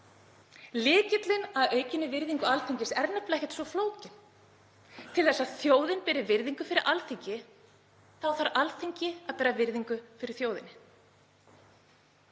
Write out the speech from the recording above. Lykillinn að aukinni virðingu Alþingis er nefnilega ekkert svo flókinn. Til að þjóðin beri virðingu fyrir Alþingi þarf Alþingi að bera virðingu fyrir þjóðinni.